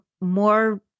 more